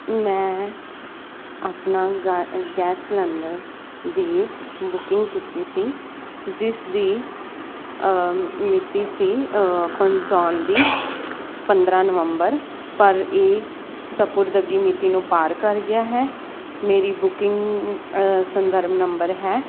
ਮੈਂ ਆਪਣਾ ਗੈ ਗੈਸ ਸਿਲੰਡਰ ਦੀ ਬੁਕਿੰਗ ਕੀਤੀ ਸੀ ਜਿਸ ਦੀ ਮਿਤੀ ਸੀ ਪਹੁੰਚਾਉਣ ਦੀ ਪੰਦਰ੍ਹਾਂ ਨਵੰਬਰ ਪਰ ਇਹ ਸਪੁਰਦਗੀ ਮਿਤੀ ਨੂੰ ਪਾਰ ਕਰ ਗਿਆ ਹੈ ਮੇਰੀ ਬੁਕਿੰਗ ਸੰਦਰਭ ਨੰਬਰ ਹੈ